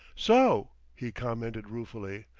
so! he commented ruefully.